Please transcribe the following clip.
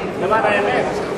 למען האמת,